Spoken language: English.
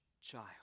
child